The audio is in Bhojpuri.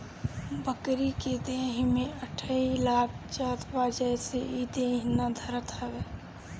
बकरी के देहि में अठइ लाग जात बा जेसे इ देहि ना धरत हवे